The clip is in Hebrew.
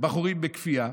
בחורים בכפייה,